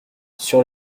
sur